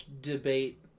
debate